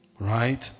Right